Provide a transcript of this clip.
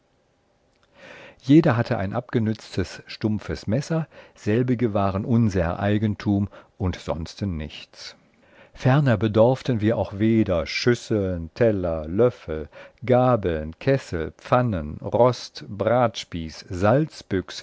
jeder hatte ein abgenütztes stumpfes messer selbige waren unser eigentum und sonsten nichts ferner bedorften wir auch weder schüsseln teller löffel gabeln kessel pfannen rost bratspieß salzbüchs